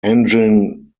engine